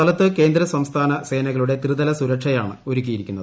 സ്ഥലത്ത് കേന്ദ്ര സംസ്ഥാന സേനകളുടെ ത്രിതല സുരക്ഷയാണ് ഒരുക്കിയിരിക്കുന്നത്